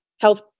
health